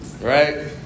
right